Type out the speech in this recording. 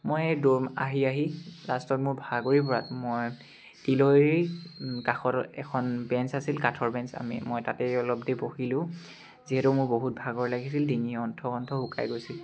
মই দৌৰি আহি আহি লাষ্টত মোৰ ভাগৰি পৰাত মই তিলৈৰ কাষত এখন বেঞ্চ আছিল কাঠৰ বেঞ্চ আমি মই তাতেই অলপ দেৰি বহিলোঁ যিহেতু মোৰ বহুত ভাগৰ লাগিছিল ডিঙি অণ্ঠ কণ্ঠ শুকাই গৈছিল